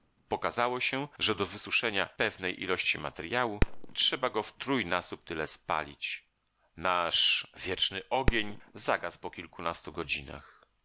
pokazało się że do wysuszenia pewnej ilości materjału trzeba go w trójnasób tyle spalić nasz wieczny ogień zagasł po kilkunastu godzinach